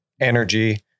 energy